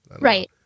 Right